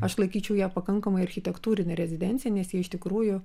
aš laikyčiau ją pakankamai architektūrine rezidencija nes jie iš tikrųjų